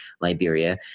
Liberia